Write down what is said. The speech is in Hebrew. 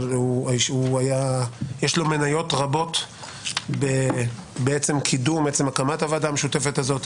אבל יש לו מניות רבות בעצם קידום והקמת הוועדה המשותפת הזאת,